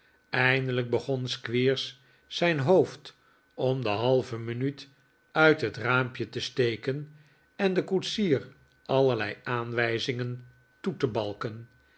eindelijk begon squeers zijn hoofd om de halve minuut uit het raampje te steken en den koetsier allerlei aanwijzingen toe te balken